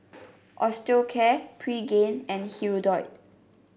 Osteocare Pregain and Hirudoid